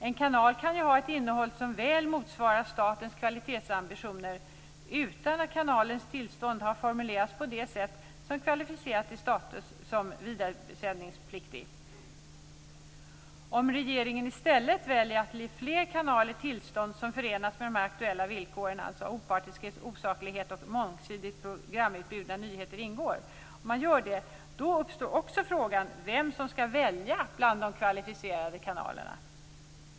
En kanal kan ha ett innehåll som väl motsvarar statens kvalitetsambitioner, utan att kanalens tillstånd har formulerats på det sätt som kvalificerar till status som vidaresändningspliktig. Om regeringen i stället väljer att ge flera kanaler tillstånd som förenas med de aktuella villkoren, dvs. opartiskhet, saklighet och mångsidigt programutbud där nyheter ingår, uppstår också frågan vem som skall välja bland de kvalificerade kanalerna.